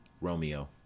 Romeo